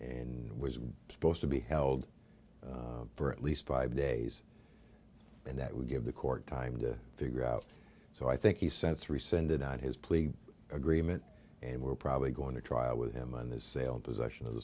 and was supposed to be held for at least five days and that would give the court time to figure out so i think he sent three send it out his plea agreement and we're probably going to trial with him on this sale possession of the